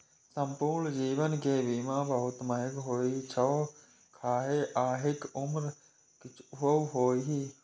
संपूर्ण जीवन के बीमा बहुत महग होइ छै, खाहे अहांक उम्र किछुओ हुअय